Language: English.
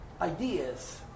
ideas